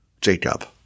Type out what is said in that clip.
Jacob